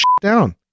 down